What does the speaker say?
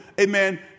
amen